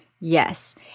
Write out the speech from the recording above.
Yes